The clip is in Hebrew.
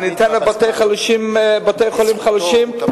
אני אתן לבתי-חולים חלשים,